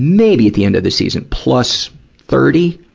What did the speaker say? maybe at the end of the season, plus thirty.